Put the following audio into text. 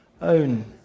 own